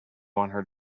our